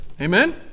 Amen